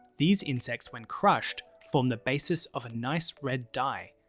these insects when crushed, form the basis of a nice red dye,